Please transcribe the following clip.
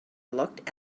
looked